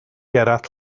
gerallt